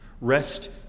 Rest